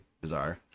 bizarre